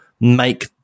make